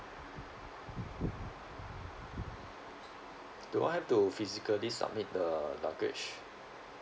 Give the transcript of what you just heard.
do I have to physically submit the luggage